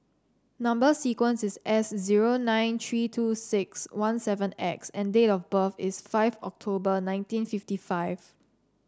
number sequence is S zero nine three two six one seven X and date of birth is five October nineteen fifty five